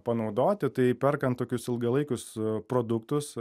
panaudoti tai perkant tokius ilgalaikius produktus